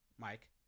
Mike